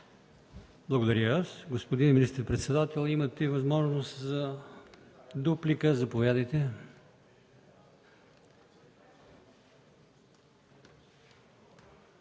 Благодаря и аз. Господин министър-председател, имате възможност за дуплика. Заповядайте.